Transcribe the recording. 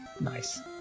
Nice